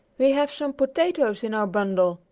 we have some potatoes in our bundle,